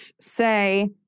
say